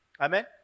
Amen